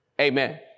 Amen